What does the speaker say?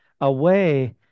away